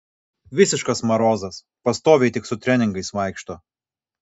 visiškas marozas pastoviai tik su treningais vaikšto